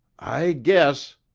i guess,